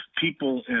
people